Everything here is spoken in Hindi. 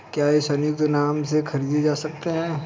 क्या ये संयुक्त नाम से खरीदे जा सकते हैं?